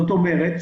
זאת אומרת,